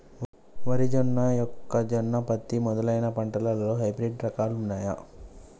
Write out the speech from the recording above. వరి జొన్న మొక్కజొన్న పత్తి మొదలైన పంటలలో హైబ్రిడ్ రకాలు ఉన్నయా?